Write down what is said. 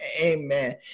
Amen